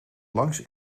langs